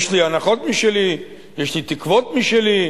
יש לי הנחות משלי, יש לי תקוות משלי,